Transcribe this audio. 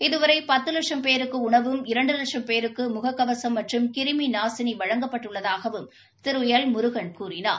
இதுவரை பத்து லட்சம் பேருக்கு உணவும் இரண்டு லட்சம் பேருக்கு முககவசம் மற்றும் கிருமி நாசினி வழங்கப்பட்டுள்ளதாகவும் திரு எல் முருகன் கூறினார்